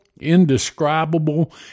indescribable